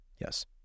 yes